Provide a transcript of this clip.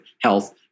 health